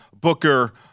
Booker